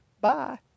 Bye